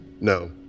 No